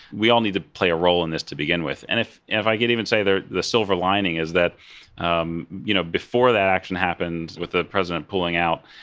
we all need to play a role in this to begin with, and if if i can even say, the the silver lining is that um you know before that action happened with the president pulling out,